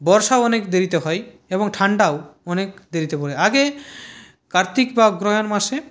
বর্ষাও অনেক দেরিতে হয় এবং ঠান্ডাও অনেক দেরিতে পড়ে আগে কার্তিক বা অগ্রহায়ণ মাসে